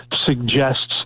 suggests